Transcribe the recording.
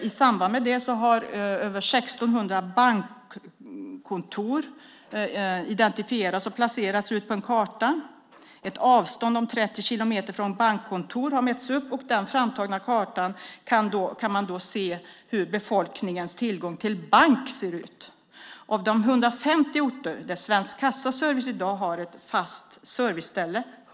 I samband med det har över 1 600 bankkontor identifierats och placerats ut på en karta. Ett avstånd om 30 kilometer från bankkontor har mätts upp, och på den framtagna kartan kan man se hur befolkningens tillgång till bank ser ut. På 150 orter har Svensk kassaservice i dag ett fast serviceställe.